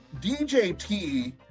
DJT